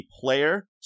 player